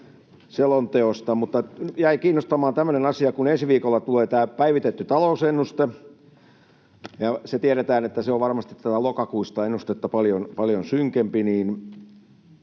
selonteosta. Jäi kiinnostamaan tämmöinen asia, että kun ensi viikolla tulee tämä päivitetty talousennuste ja se tiedetään, että se on varmasti tätä lokakuista ennustetta paljon synkempi, niin